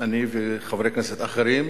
אני וחברי כנסת אחרים,